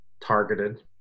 targeted